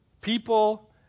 People